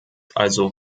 also